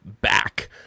back